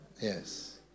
Yes